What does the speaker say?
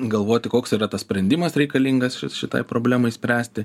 galvoti koks yra tas sprendimas reikalingas ši šitai problemai spręsti